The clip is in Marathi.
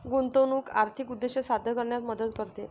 गुंतवणूक आर्थिक उद्दिष्टे साध्य करण्यात मदत करते